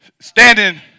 Standing